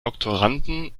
doktoranden